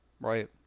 Right